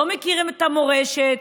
לא מכיר את המורשת,